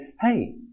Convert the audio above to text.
Hey